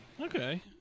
Okay